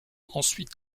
ensuite